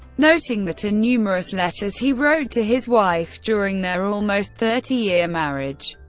noting that in numerous letters he wrote to his wife during their almost thirty year marriage,